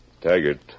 Taggart